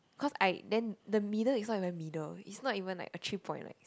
cause I then the middle it's not even middle it's not even like a three point like